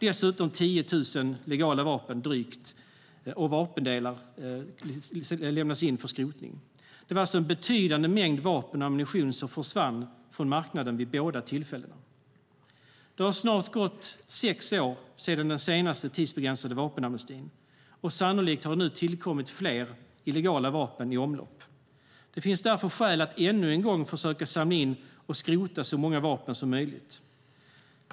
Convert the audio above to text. Dessutom lämnades drygt 10 000 legala vapen och vapendelar in för skrotning. Det var alltså en betydande mängd vapen och ammunition som försvann från marknaden vid båda tillfällena. Det har snart gått sex år sedan den senaste tidsbegränsade vapenamnestin. Sannolikt har det nu tillkommit fler illegala vapen i omlopp. Det finns därför skäl att ännu en gång försöka samla in och skrota så många vapen som möjligt.